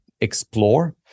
explore